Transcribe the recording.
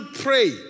pray